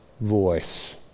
voice